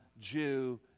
Jew